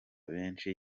benshi